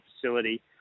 facility